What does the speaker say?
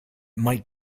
might